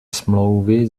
smlouvy